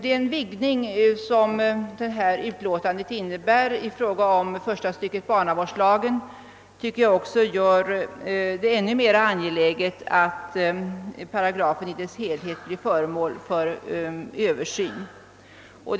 Den ändring i verkställighetsbestämmelserna som utlåtandet innebär när det gäller första stycket i 50 § barnavårdslagen gör det ännu mera angeläget att behovet av paragrafen snarast omprövas.